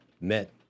met